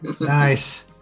Nice